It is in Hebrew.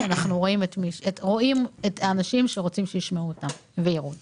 כי אנחנו רואים את האנשים שרוצים שישמעו אותם ויראו אותם.